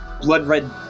blood-red